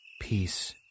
peace